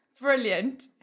Brilliant